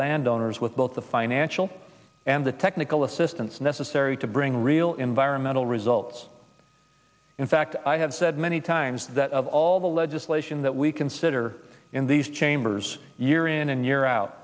landowners with both the financial and the technical assistance necessary to bring real environmental results in fact i have said many times that of all the legislation that we consider in these chambers year in and year out